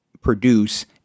produce